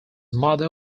mother